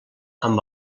amb